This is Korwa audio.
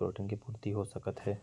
प्रोटीन रहेल।